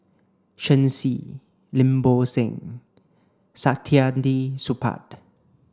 Shen Xi Lim Bo Seng Saktiandi Supaat